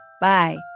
Bye